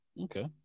okay